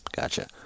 gotcha